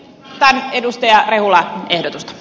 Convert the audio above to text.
hän edusti ja rehulla ehdot